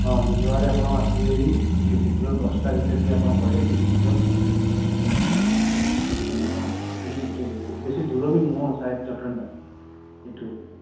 ହଁ ବୁଧବାର ଆପଣ ଆସିବେ ହାରି ଟିକେ ଶୀଘ୍ର ଦଶଟା ଭିତରେ ଟିକେ ଆପଣ ପଳେଇ ଆସିବେ ଶୀଘ୍ର ଆସିକି ଦେଖେଇ ଦେବେ ବେଶୀ ଦୂର ବି ନୁହଁ ସାୟଦ୍ ଜଟଣୀଟା ଏଇଠୁ